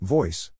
Voice